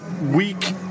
week